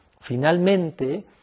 finalmente